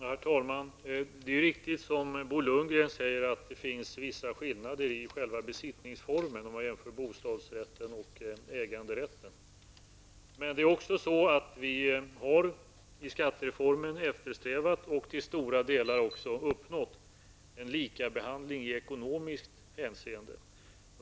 Herr talman! Det är riktigt, som Bo Lundgren säger, att det är vissa skillnader i själva besittningsformen mellan bostadsrätten och äganderätten. Det är också så att vi i skattereformen eftersträvat, och till stora delar också uppnått, en lika behandling i ekonomiskt hänseende.